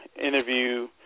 interview